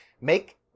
make